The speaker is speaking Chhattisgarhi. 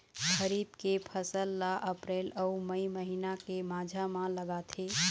खरीफ के फसल ला अप्रैल अऊ मई महीना के माझा म लगाथे